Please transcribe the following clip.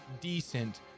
decent